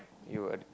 you would